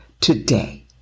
today